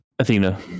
Athena